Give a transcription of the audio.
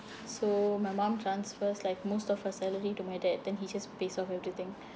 so my mum transfers like most of her salary to my dad then he just pays off everything